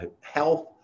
health